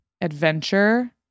Adventure